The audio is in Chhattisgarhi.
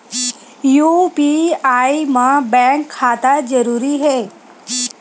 यू.पी.आई मा बैंक खाता जरूरी हे?